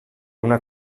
una